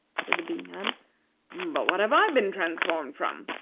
said the bee-man but what have i been transformed from?